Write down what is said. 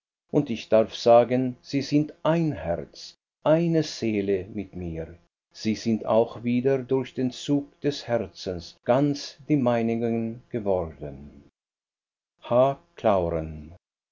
und ich darf sagen sie sind ein herz eine seele mit mir sie sind auch wieder durch den zug des herzens ganz die meinigen geworden h clauren